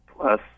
plus